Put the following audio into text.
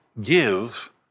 give